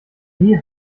nie